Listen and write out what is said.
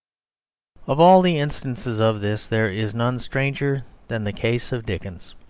of all the instances of this there is none stranger than the case of dickens.